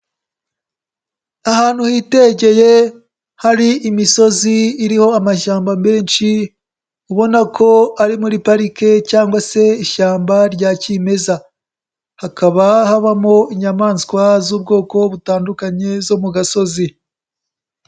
Ahantu hitegeye hari imisozi iriho amashyamba menshi, ubona ko ari muri parike cyangwa se ishyamba rya kimeza, hakaba habamo inyamaswa z'ubwoko butandukanye zo mu gasozi.